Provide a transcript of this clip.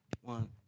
One